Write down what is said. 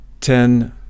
ten